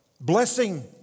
Blessing